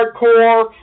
hardcore